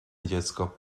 dziecko